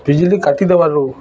ବିିଜୁଳି କାଟିଦେବାରୁ